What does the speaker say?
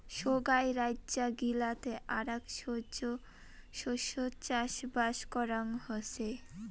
সোগায় রাইজ্য গিলাতে আরাক শস্য চাষবাস করাং হসে